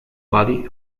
buddy